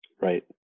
Right